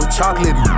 Chocolate